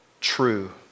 true